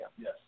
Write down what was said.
Yes